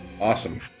Awesome